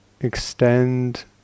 extend